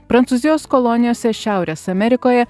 prancūzijos kolonijose šiaurės amerikoje